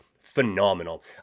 phenomenal